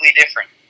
different